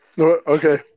okay